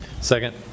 Second